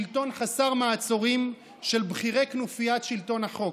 שלטון חסר מעצורים של בכירי כנופיית שלטון החוק.